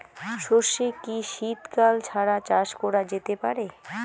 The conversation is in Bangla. সর্ষে কি শীত কাল ছাড়া চাষ করা যেতে পারে?